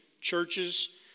churches